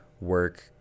work